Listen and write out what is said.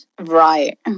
right